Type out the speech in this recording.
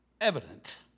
evident